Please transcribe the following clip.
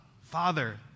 Father